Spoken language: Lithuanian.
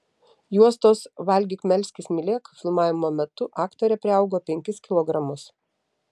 juostos valgyk melskis mylėk filmavimo metu aktorė priaugo penkis kilogramus